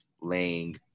laying